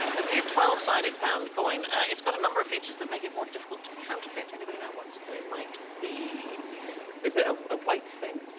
the new twelve sided pound coin it's got a number of features that make it more difficult to counterfeit, anybody know what they might be is it a weight thing?